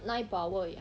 nine per hour 而已啊